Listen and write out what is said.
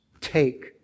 take